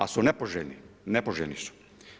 Ali su nepoželjni, nepoželjni su.